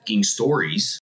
stories